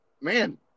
man